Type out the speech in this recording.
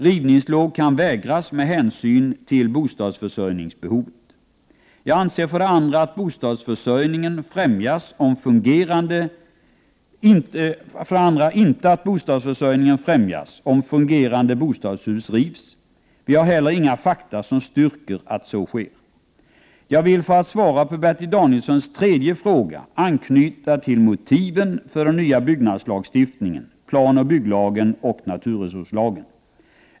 Rivningslov kan vägras med hänsyn till bostadsförsörjningsbehovet. Jag anser för det andra inte att bostadsförsörjningen främjas om fungerande bostadshus rivs. Vi har heller inga fakta som styrker att så sker. Jag vill, för att svara på Bertil Danielssons tredje fråga, anknyta till motiven för den nya byggnadslagstiftningen, planoch bygglagen och naturresurslagen.